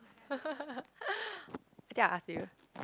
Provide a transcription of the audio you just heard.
I think I'll ask you